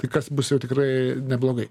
tai kas bus jau tikrai neblogai